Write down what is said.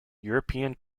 european